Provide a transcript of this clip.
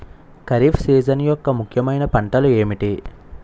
Kharif season యెక్క ముఖ్యమైన పంటలు ఏమిటీ?